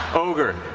ogre.